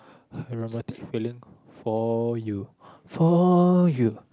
romantic feeling for you for you